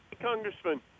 Congressman